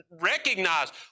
recognize